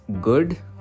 good